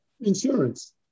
insurance